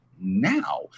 Now